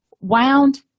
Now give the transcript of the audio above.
wound